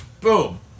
boom